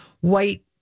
white